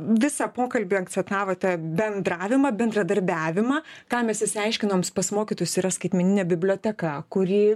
visą pokalbį akcentavote bendravimą bendradarbiavimą ką mes išsiaiškinom pas mokytojus yra skaitmeninė biblioteka kuri